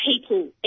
people